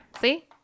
See